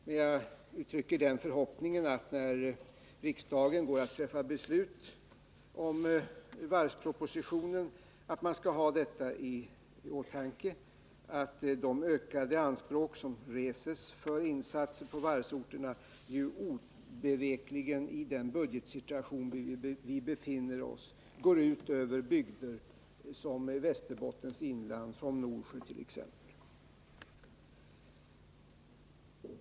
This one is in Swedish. Men jag uttrycker den förhoppningen att riksdagen, när vi går att fatta beslut om varvspropositionen, skall ha i åtanke att de ökade anspråk som reses för insatser på varvsorterna obevekligen, i den budgetsituation där vi befinner oss, går ut över bygder som Västerbottens inland och kommuner som Norsjö.